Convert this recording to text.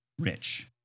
rich